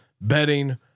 betting